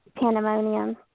pandemonium